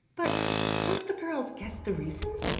but won't the girls guess the reason?